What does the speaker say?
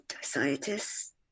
scientists